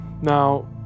Now